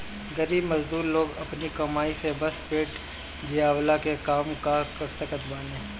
गरीब मजदूर लोग अपनी कमाई से बस पेट जियवला के काम कअ सकत बानअ